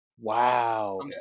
Wow